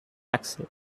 axle